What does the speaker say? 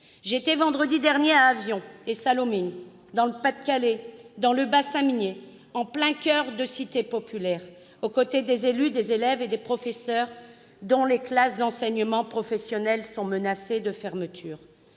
J'étais vendredi dernier à Avion et Sallaumines, dans le bassin minier du Pas-de-Calais, en plein coeur de cités populaires, aux côtés des élus, des élèves et des professeurs dont les classes d'enseignement professionnel sont menacées de fermeture.